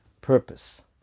purpose